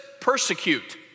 Persecute